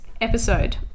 episode